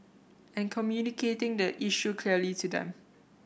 and communicating the issue clearly to them